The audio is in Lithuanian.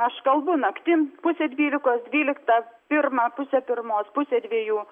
aš kalbu naktim pusę dvylikos dvyliktą pirmą pusę pirmos pusę dviejų